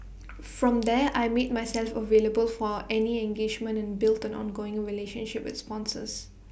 from there I made myself available for any engagements and built an ongoing relationship with sponsors